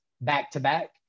back-to-back